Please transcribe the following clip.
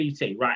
right